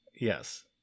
yes